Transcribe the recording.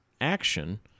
action